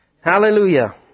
Hallelujah